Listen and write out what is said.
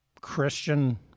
Christian